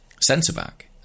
centre-back